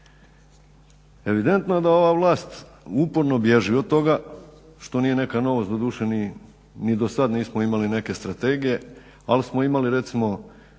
Evidentno je da ova vlast uporno bježi od toga što nije neka novost. Doduše ni do sad nismo imali neke strategije, ali smo imali recimo